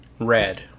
red